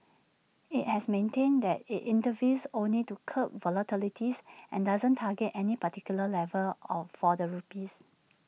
IT has maintained that IT intervenes only to curb volatility's and doesn't target any particular level of for the rupee